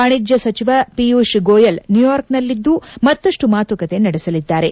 ವಾಣಿಜ್ಯ ಸಚಿವ ಪಿಯೂಷ್ ಗೋಯಲ್ ನ್ನೂಯಾರ್ಕ್ನಲ್ಲಿದ್ದು ಮತ್ತಷ್ಟು ಮಾತುಕತೆ ನಡೆಸಲಿದ್ದಾರೆ